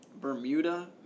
bermuda